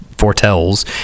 foretells